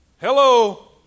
Hello